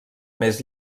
més